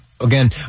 Again